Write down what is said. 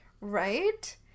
Right